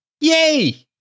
Yay